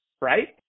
right